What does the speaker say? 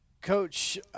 Coach